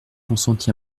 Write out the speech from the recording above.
consentis